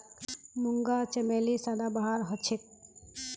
मूंगा चमेली सदाबहार हछेक